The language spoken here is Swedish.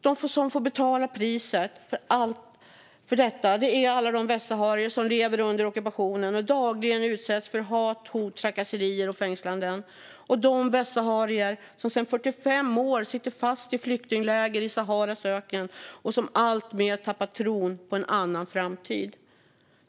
De som får betala priset för detta är alla de västsaharier som lever under ockupationen och dagligen utsätts för hat, hot, trakasserier och fängslanden. Det är de västsaharier som sedan 45 år sitter fast i flyktingläger i Saharas öken och som alltmer tappat tron på en annan framtid.